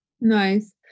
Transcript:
Nice